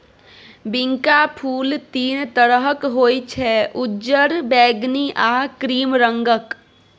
बिंका फुल तीन तरहक होइ छै उज्जर, बैगनी आ क्रीम रंगक